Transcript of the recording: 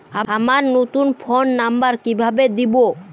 আমার নতুন phone number কিভাবে দিবো?